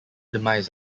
demise